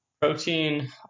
Protein